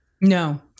No